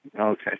Okay